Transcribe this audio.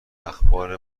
اخبار